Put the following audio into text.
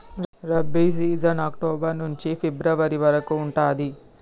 rabi season October నుంచి February వరకు ఉంటది